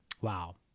Wow